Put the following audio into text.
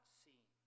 seen